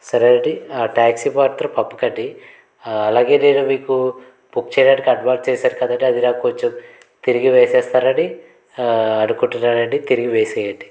సరే అండి ఆ ట్యాక్సీ మాత్రం పంపకండి అలాగే నేను మీకు బుక్ చేయడానికి అడ్వాన్స్ వేసాను కదండీ అది నాకు కొంచెం తిరిగి వేసేస్తారని అనుకుంటున్నాను అండి తిరిగి వేసేయండి